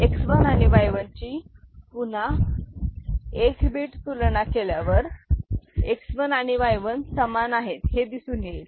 X 1 आणि Y 1 ची पुन्हा 1 बीट तुलना केल्यावर X 1 आणि Y 1 समान आहे हे दिसून येईल